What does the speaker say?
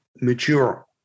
mature